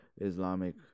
Islamic